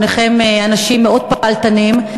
שניכם אנשים מאוד פעלתנים,